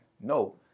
No